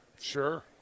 Sure